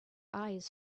eyes